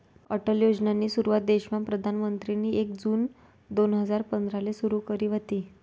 अटल योजनानी सुरुवात देशमा प्रधानमंत्रीनी एक जून दोन हजार पंधराले सुरु करी व्हती